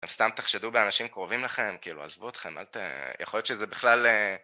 סתם תחשדו באנשים קרובים לכם? כאילו, עזבו אתכם, יכול להיות שזה בכלל...